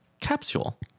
Capsule